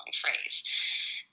phrase